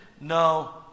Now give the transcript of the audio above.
no